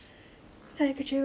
mengecewakan